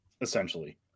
essentially